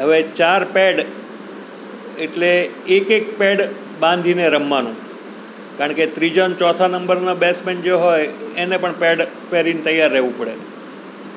હવે ચાર પેડ એટલે એક એક પેડ બાંધીને રમવાનું કારણ કે ત્રીજોને ચોથા નંબરના બેટ્સમેન જે હોય એને પણ પેડ પહેરીને તૈયાર રહેવું પડે